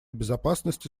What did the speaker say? безопасности